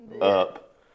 up